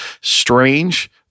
strange